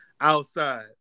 outside